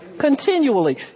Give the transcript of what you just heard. continually